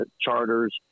charters